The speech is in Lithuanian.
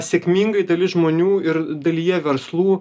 sėkmingai dalis žmonių ir dalyje verslų